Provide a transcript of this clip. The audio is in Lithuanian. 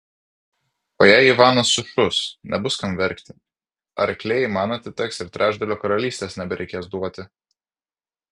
o jei ivanas sušus nebus kam verkti arkliai man atiteks ir trečdalio karalystės nebereikės duoti